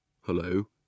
Hello